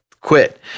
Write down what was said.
quit